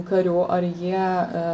karių ar jie